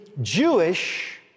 Jewish